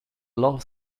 love